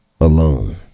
alone